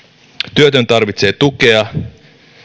työtön tarvitsee tukea